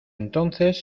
entonces